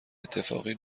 اتفاقی